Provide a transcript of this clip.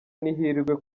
n’ihirwe